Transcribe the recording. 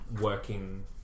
Working